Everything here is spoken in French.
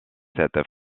cette